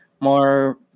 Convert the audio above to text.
more